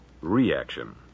reaction